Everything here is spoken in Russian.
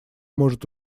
может